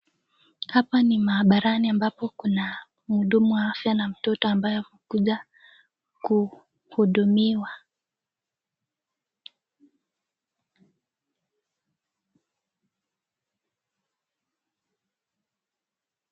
hapa ni mahabarani ambapo kuna muhudumu wa afya na mtoto ambaye amekuja kuhudumiwa.